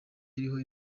iriho